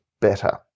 better